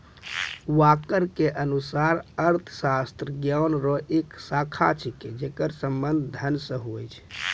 walker के अनुसार अर्थशास्त्र ज्ञान रो एक शाखा छिकै जेकर संबंध धन से हुवै छै